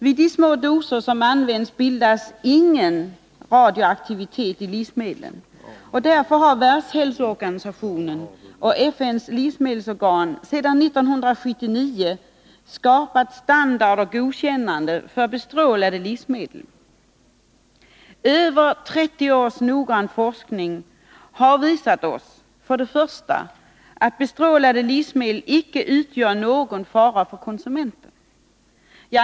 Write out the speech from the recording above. Vid de små doser som används bildas ingen radioaktivitet i livsmedlen. Därför har Världshälsoorganisationen och FN:s livsmedelsorgan 1979 skapat standard för bestrålade livsmedel. Över 30 års noggrann forskning har visat oss för det första att bestrålade livsmedel icke utgör någon fara för konsumenten.